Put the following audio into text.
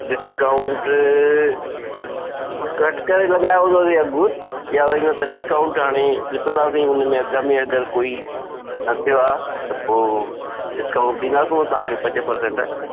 discount घटि करे लॻायो हूंदो अथई अघु या न त वरी डिस्काउंट हणी ॾिसंदासीं हुन में अघ में अगरि कोई न थियो आहे त पोइ डिस्काउंट ॾींदासूंव तव्हांखे पंज पर्संट